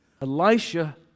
Elisha